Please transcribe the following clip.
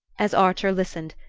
as archer listened,